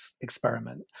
experiment